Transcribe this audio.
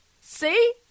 see